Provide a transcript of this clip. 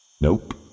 Nope